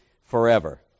forever